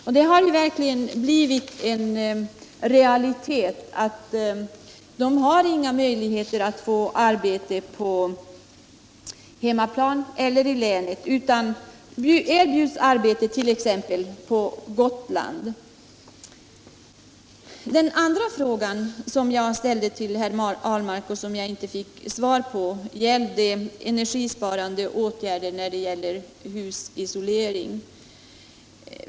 Och det har verkligen blivit en realitet för dem att de inte har några möjligheter att få arbete på hemmaplan eller i länet, utan de erbjuds arbete på t.ex. Gotland. Den andra frågan som jag ställde till herr Ahlmark och som jag inte fick svar på gällde energisparande åtgärder såsom husisolering.